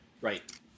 Right